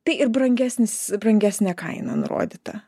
tai ir brangesnis brangesnė kaina nurodyta